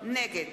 נגד